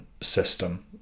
system